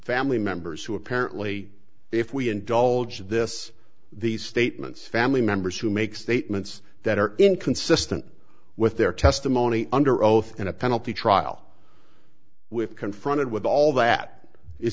family members who apparently if we indulge this these statements family members who make statements that are inconsistent with their testimony under oath in a penalty trial with confronted with all that is